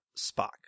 Spock